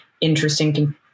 interesting